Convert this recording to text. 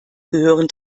gehören